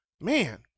Man